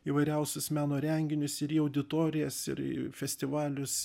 įvairiausius meno renginius ir į auditorijas ir į festivalius